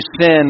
sin